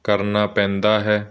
ਕਰਨਾ ਪੈਂਦਾ ਹੈ